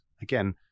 Again